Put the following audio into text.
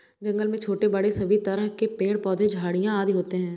जंगल में छोटे बड़े सभी तरह के पेड़ पौधे झाड़ियां आदि होती हैं